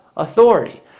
authority